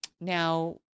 Now